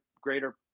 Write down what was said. Greater